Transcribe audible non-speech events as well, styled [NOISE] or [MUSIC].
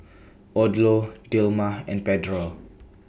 Odlo Dilmah and Pedro [NOISE]